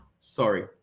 sorry